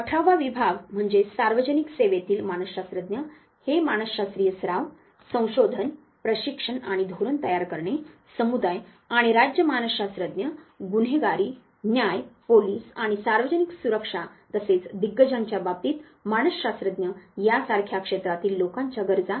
अठरावा विभाग म्हणजे सार्वजनिक सेवेतील मानसशास्त्रज्ञ हे मानसशास्त्रीय सराव संशोधन प्रशिक्षण आणि धोरण तयार करणे समुदाय आणि राज्य मानसशास्त्रज्ञ गुन्हेगारी न्याय पोलिस आणि सार्वजनिक सुरक्षा तसेच दिग्गजांच्या बाबतीत मानसशास्त्रज्ञ यासारख्या क्षेत्रातील लोकांच्या गरजा पाहतो